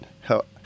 help